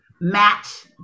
match